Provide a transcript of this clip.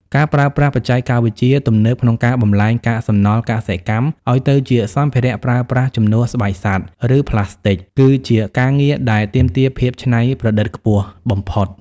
ការប្រើប្រាស់បច្ចេកវិទ្យាទំនើបក្នុងការបម្លែងកាកសំណល់កសិកម្មឱ្យទៅសម្ភារៈប្រើប្រាស់ជំនួសស្បែកសត្វ ឬប្លាស្ទិក គឺជាការងារដែលទាមទារភាពច្នៃប្រឌិតខ្ពស់បំផុត។